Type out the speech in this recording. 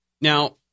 Now